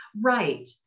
Right